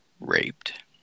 raped